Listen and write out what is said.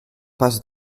passe